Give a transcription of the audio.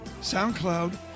SoundCloud